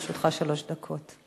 לרשותך שלוש דקות.